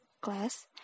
class